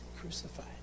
crucified